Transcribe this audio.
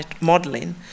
modeling